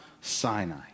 Sinai